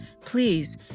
Please